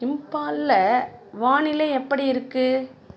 இம்பாலில் வானிலை எப்படி இருக்கு